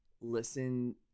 listen